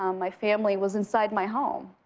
um my family was inside my home